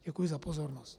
Děkuji za pozornost.